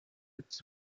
willst